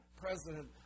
president